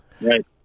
right